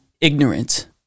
ignorant